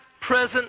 present